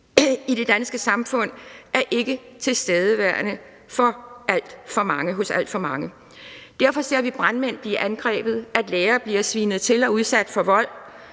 i det danske samfund, er ikke tilstedeværende hos alt for mange. Derfor ser vi, at brandmænd bliver angrebet, at lærere bliver svinet til og udsat for vold,